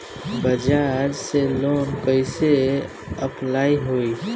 बज़ाज़ से लोन कइसे अप्लाई होई?